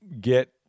get